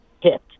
hit